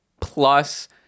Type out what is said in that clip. plus